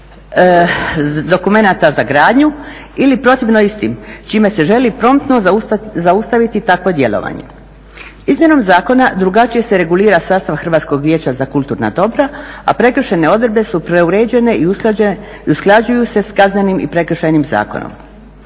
Izmjenom zakona drugačije se regulira sastav Hrvatskog vijeća za kulturna dobra, a prekršajne odredbe su preuređene i usklađuju se s Kaznenim i Prekršajnim zakonom.